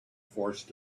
forced